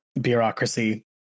Bureaucracy